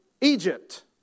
Egypt